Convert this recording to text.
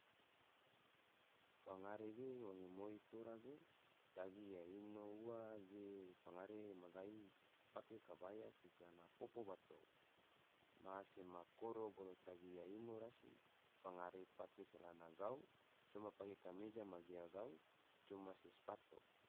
Fangare ge, wange moi tora ge tagi yaino ua ge, fangare mangai pake kabaya se calana popo bato, maha sema koro bolo tagi yaino rasi, fangare pake celana gau coma pake kameja ma gia gau coma se spato.".